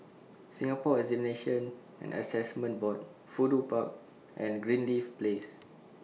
Singapore Examinations and Assessment Board Fudu Park and Greenleaf Place